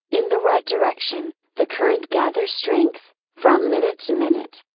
in the right direction, the current gathers strength, from minute to minute.